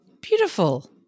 Beautiful